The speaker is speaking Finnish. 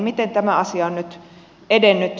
miten tämä asia on nyt edennyt